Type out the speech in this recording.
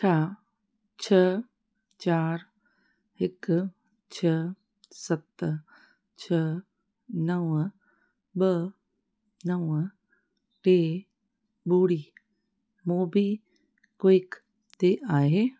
छा छ चारि हिकु छह सत छ नवं ॿ नवं टे ॿुड़ी मोबीक्विक ते आहे